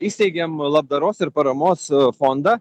įsteigėm labdaros ir paramos fondą